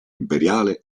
imperiale